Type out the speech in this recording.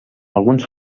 alguns